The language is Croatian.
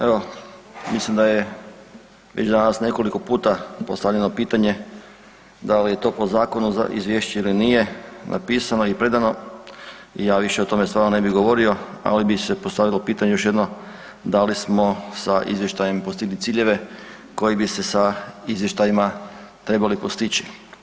Evo, mislim da je već danas nekoliko puta postavljeno pitanje da li je to zakonu izvješće ili nije napisano i predano i ja više o tome stvarno ne bi govorio, ali bi se postavilo pitanje još jedno, da li smo sa izvještajem postigli ciljeve koji bi se sa izvještajima trebali postići?